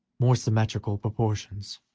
more symmetrical proportions.